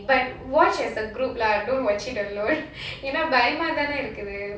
but watch as a group lah don't watch it alone ஏன்னா பயம்தானே இருக்குது:yaennaa bayamadhanae irukudhu